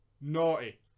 Naughty